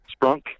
Sprunk